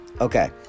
okay